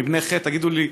מבני חת: תגידו לי,